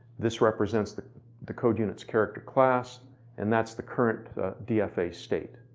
this represents the the code unit's character class and that's the current dfa state.